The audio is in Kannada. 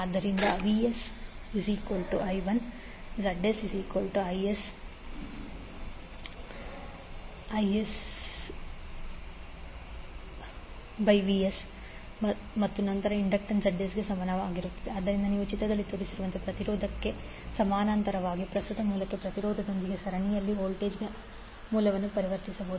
ಆದ್ದರಿಂದ VsIsZs⇔IsVsZs ಮತ್ತು ನಂತರ ಇಂಪೆಡೆನ್ಸ್ Zs ಗೆ ಸಮಾನಾಂತರವಾಗಿ ಆದ್ದರಿಂದ ನೀವು ಚಿತ್ರದಲ್ಲಿ ತೋರಿಸಿರುವಂತೆ ಪ್ರತಿರೋಧಕ್ಕೆ ಸಮಾನಾಂತರವಾಗಿ ಪ್ರಸ್ತುತ ಮೂಲಕ್ಕೆ ಪ್ರತಿರೋಧದೊಂದಿಗೆ ಸರಣಿಯಲ್ಲಿನ ವೋಲ್ಟೇಜ್ ಮೂಲವನ್ನು ಪರಿವರ್ತಿಸಬಹುದು